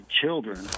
children